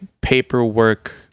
paperwork